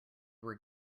were